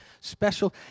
special